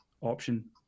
option